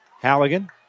Halligan